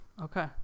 Okay